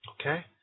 Okay